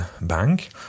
bank